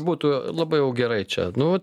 būtų labai jau gerai čia nu va